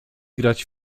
grać